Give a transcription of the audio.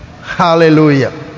Hallelujah